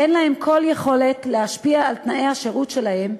אין להם כל יכולת להשפיע על תנאי השירות שלהם,